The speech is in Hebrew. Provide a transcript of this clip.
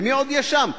ומי עוד יש שם?